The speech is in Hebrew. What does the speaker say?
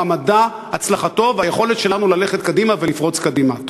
הוא המדע והצלחתו והיכולת שלנו ללכת קדימה ולפרוץ קדימה.